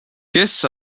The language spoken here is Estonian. kes